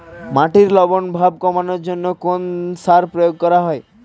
মাটির লবণ ভাব কমানোর জন্য কোন সার প্রয়োগ করা হয়?